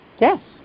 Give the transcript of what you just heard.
Yes